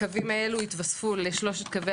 הקווים האלו יתווספו לשלושת קווי